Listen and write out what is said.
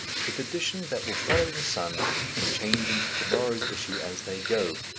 with editions that will follow the sun and change into to-morrow's issue as they go,